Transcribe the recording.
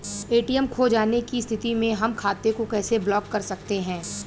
ATM खो जाने की स्थिति में हम खाते को कैसे ब्लॉक कर सकते हैं?